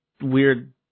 weird –